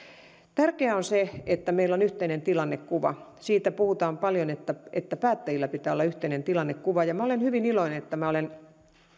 tärkeää on se että meillä on yhteinen tilannekuva siitä puhutaan paljon että että päättäjillä pitää olla yhteinen tilannekuva ja minä olen hyvin iloinen että